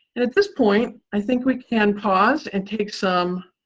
and at this point, i think we can pause and take some